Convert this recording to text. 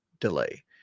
delay